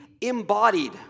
embodied